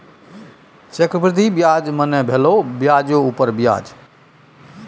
चक्रवृद्धि ब्याज मने भेलो ब्याजो उपर ब्याज